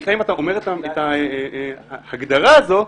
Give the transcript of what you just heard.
אם אתה אומר את ההגדרה הזאת,